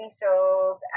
shows